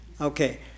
Okay